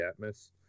Atmos